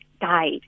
guide